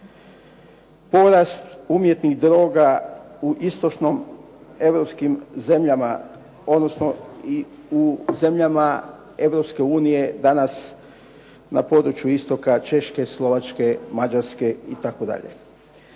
Porast umjetnih droga u istočnim europskim zemljama, odnosno u zemljama Europske unije danas na području istoka Češke, Slovačke, Mađarske itd.